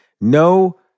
No